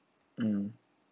mm